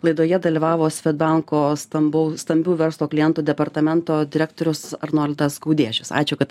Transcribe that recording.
laidoje dalyvavo svedbanko stambaus stambių verslo klientų departamento direktorius arnoldas gaudiešius ačiū kad